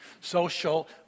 social